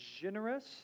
generous